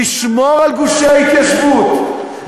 לשמור על גושי ההתיישבות,